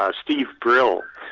ah steve brill,